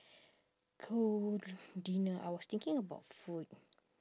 go dinner I was thinking about food